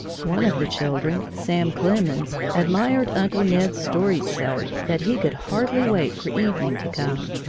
one of the children, sam clemens, admired uncle ned's stories so that he could hardly wait for evening to come.